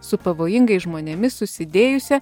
su pavojingais žmonėmis susidėjusią